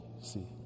See